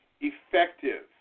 effective